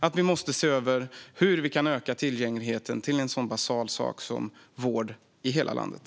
Där måste vi se över hur vi kan öka tillgängligheten till en sådan basal sak som vård i hela landet.